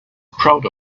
proud